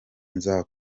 nza